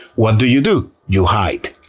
what do you do? you hide.